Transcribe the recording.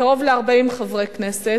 קרוב ל-40 חברי כנסת,